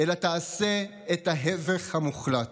אלא תעשה את ההפך המוחלט.